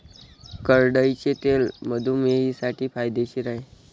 करडईचे तेल मधुमेहींसाठी फायदेशीर आहे